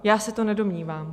Já se to nedomnívám.